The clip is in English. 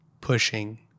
pushing